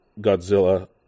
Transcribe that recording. Godzilla